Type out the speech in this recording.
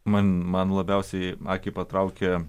man man labiausiai akį patraukia